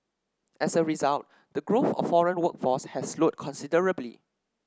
as a result the growth of foreign workforce has slowed considerably